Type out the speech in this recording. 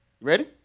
Ready